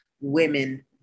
women